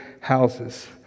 houses